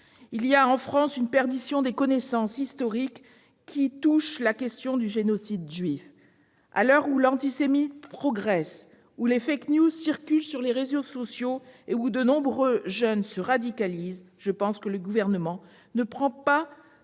Il y a en France une déperdition des connaissances historiques touchant à la question du génocide des juifs. À l'heure où l'antisémitisme progresse, où des circulent sur les réseaux sociaux et où de nombreux jeunes se radicalisent, je pense que le Gouvernement ne prend pas